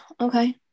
Okay